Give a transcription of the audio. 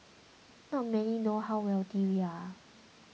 not many know how wealthy we are